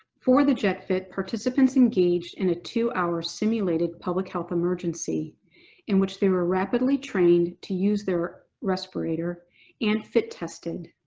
for the jet fit, participants engaged in a two hour simulated public health emergency in which they were rapidly trained to use their respirator and fit tested.